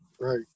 right